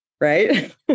right